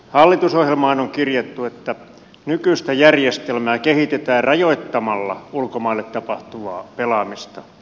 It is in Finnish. hallitusohjelmaan on kirjattu että nykyistä järjestelmää kehitetään rajoittamalla ulkomaille tapahtuvaa pelaamista